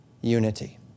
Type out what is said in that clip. unity